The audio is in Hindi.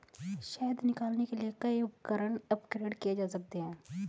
शहद निकालने के लिए कई उपकरण अपग्रेड किए जा सकते हैं